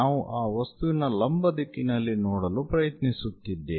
ನಾವು ಆ ವಸ್ತುವಿನ ಲಂಬ ದಿಕ್ಕಿನಲ್ಲಿ ನೋಡಲು ಪ್ರಯತ್ನಿಸುತ್ತಿದ್ದೇವೆ